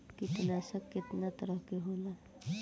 कीटनाशक केतना तरह के होला?